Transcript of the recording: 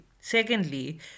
Secondly